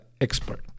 expert